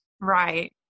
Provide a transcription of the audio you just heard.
Right